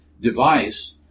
device